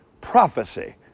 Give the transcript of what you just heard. Prophecy